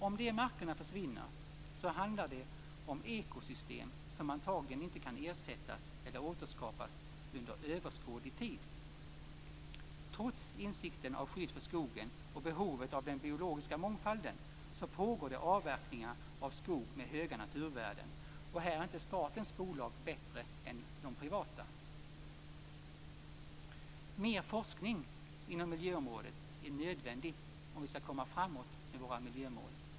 Om de markerna försvinner så handlar det om ekosystem som antagligen inte kan ersättas eller återskapas under överskådlig tid. Trots insikten om skydd för skogen och behovet av den biologiska mångfalden pågår det avverkningar av skog med höga naturvärden. Här är inte statens bolag bättre än de privata. Mer forskning inom miljöområdet är nödvändigt om vi skall komma framåt med våra miljömål.